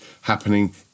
happening